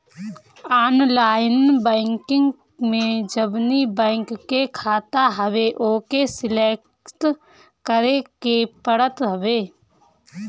online banking में जवनी bank के खाता हवे ओके सलेक्ट करे के पड़त हवे